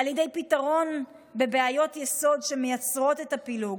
על ידי פתרון בעיות יסוד שמייצרות את הפילוג,